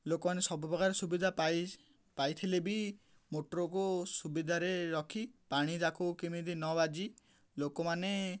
ଲୋକମାନେ ସବୁପ୍ରକାର ସୁବିଧା ପାଇ ପାଇଥିଲେ ବି ମୋଟରକୁ ସୁବିଧାରେ ରଖି ପାଣି ତାକୁ କେମିତି ନ ବାଜି ଲୋକମାନେ